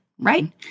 Right